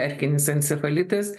erkinis encefalitas